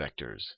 vectors